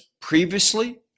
previously